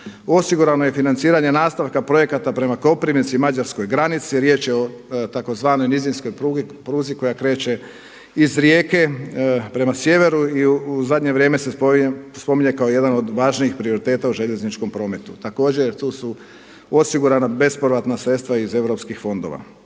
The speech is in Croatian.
Osigurano je financiranje nastavka projekata prema Koprivnici i mađarskoj granici. Riječ je o tzv. nizinskoj pruzi koja kreće iz Rijeke prema sjeveru i u zadnje vrijeme se spominje kao jedan od važnijih prioriteta u željezničkom prometu. Također tu su osigurana bespovratna sredstva iz eu fondova.